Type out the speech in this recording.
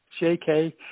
JK